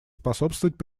способствовать